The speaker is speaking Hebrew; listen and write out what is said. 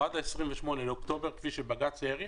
או עד 28 באוקטובר, כפי שבג"ץ האריך,